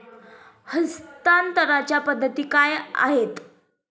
हस्तांतरणाच्या पद्धती काय आहेत?